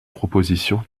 proposition